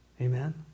Amen